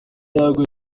ntambwe